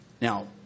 Now